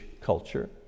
culture